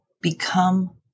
become